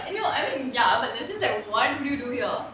no I mean ya but that seems like what do you do here